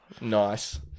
Nice